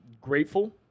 grateful